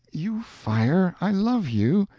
you fire, i love you,